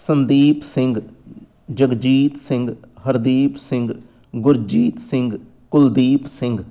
Sandeep Singh Jagjit Singh Hardeep Singh Gurjeet Singh Kuldeep Singh